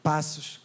Passos